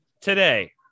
today